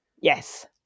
Yes